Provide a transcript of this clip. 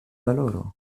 valoro